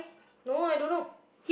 no I don't know